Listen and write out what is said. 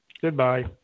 Goodbye